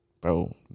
Bro